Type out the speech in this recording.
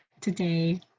today